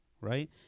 right